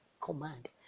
command